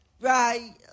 right